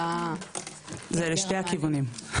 זה לשני הכיוונים,